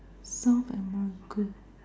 South America